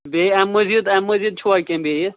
بیٚیہِ اَمہِ مٔزیٖد اَمہِ مٔزیٖد چھُوا کیٚنہہ بیٚیہِ